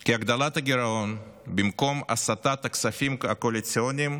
כי הגדלת הגירעון במקום הסטת הכספים הקואליציוניים